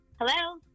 Hello